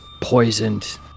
poisoned